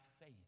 faith